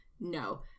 No